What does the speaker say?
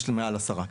יש מעל עשרה.